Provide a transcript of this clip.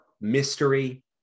mystery